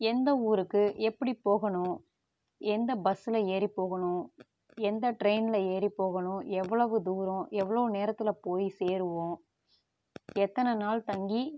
எந்த ஊருக்கு எப்படி போகணும் எந்த பஸ்ஸில் ஏறி போகணும் எந்த ட்ரெயினில் ஏறி போகணும் எவ்வளவு தூரம் எவ்வளோ நேரத்தில் போய் சேருவோம் எத்தனை நாள் தங்கி